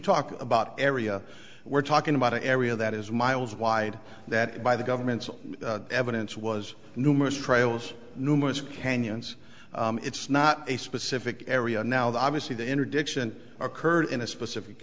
talk about area we're talking about an area that is miles wide that by the government's evidence was numerous trails numerous canyons it's not a specific area now that obviously the interdiction occurred in a specific